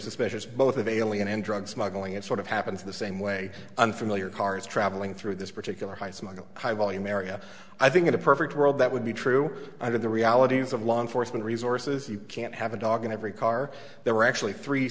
suspicious both of alien and drug smuggling it sort of happens the same way unfamiliar cars traveling through this particular high smuggling high volume area i think in a perfect world that would be true i did the realities of law enforcement resources you can't have a dog in every car there are actually three